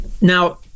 Now